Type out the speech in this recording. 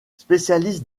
spécialiste